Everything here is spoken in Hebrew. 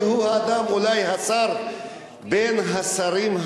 שהוא אולי בין השרים,